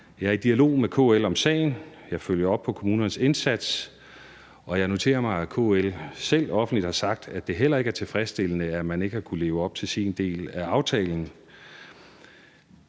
Jeg er i dialog med KL om sagen, jeg følger op på kommunernes indsats, og jeg noterer mig, at KL selv offentligt har sagt, at det ikke er tilfredsstillende, at man ikke har kunnet leve op til sin del af aftalen.